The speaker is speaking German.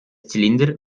zylinder